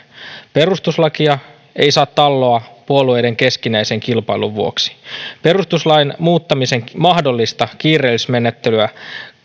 perustuslakia ei saa talloa puolueiden keskinäisen kilpailun vuoksi perustuslain muuttamisen mahdollista kiireellisyysmenettelyä